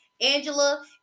Angela